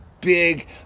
big